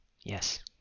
Yes